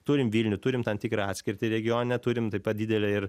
turim vilnių turim tam tikrą atskirtį regione turim taip pat didelę ir